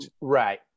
Right